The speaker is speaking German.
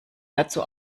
dazu